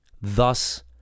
Thus